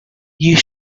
you